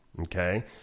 Okay